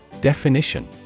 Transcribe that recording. Definition